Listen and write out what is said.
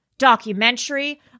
documentary